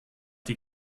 die